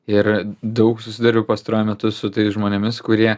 ir daug susiduriu pastaruoju metu su tais žmonėmis kurie